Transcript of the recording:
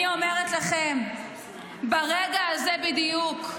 אני אומרת לכם ברגע הזה בדיוק: